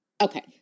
Okay